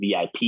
VIP